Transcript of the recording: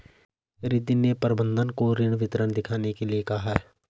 रिद्धी ने प्रबंधक को ऋण विवरण दिखाने के लिए कहा